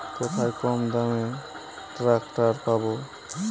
কোথায় কমদামে ট্রাকটার পাব?